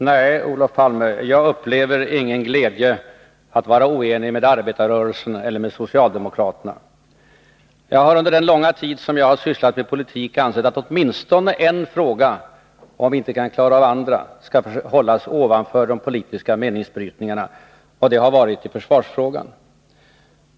Herr talman! Nej, Olof Palme, jag upplever ingen glädje över att vara oenig med arbetarrörelsen eller med socialdemokraterna. Under den långa tid som jag har sysslat med politik har jag ansett att åtminstone en fråga, om vi inte kan klara av det i andra, skall hållas ovanför de politiska meningsbrytningarna, och det har varit försvarsfrågan.